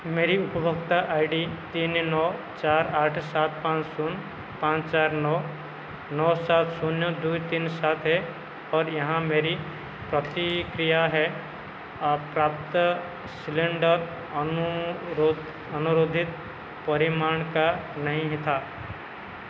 मेरी उपभोक्ता I D तीन नौ चार आठ सात पाँच शून्य पाँच चार नौ नौ सात शून्य दो तीन सात है और यहाँ मेरी प्रतिक्रिया है प्राप्त सिलेंडर अनुरो अनुरोधित परिमाण का नहीं था